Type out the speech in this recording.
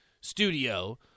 studio